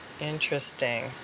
Interesting